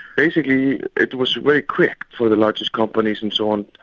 basically it was very quick for the largest companies and so on,